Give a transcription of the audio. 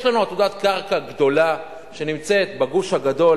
יש לנו עתודת קרקע גדולה, שנמצאת ב"גוש הגדול".